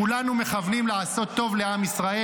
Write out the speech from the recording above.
כולנו מכוונים לעשות טוב לעם ישראל.